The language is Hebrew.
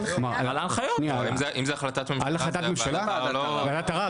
אם זו החלטת ממשלה,